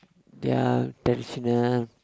their President